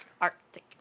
Arctic